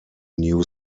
new